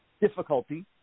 difficulty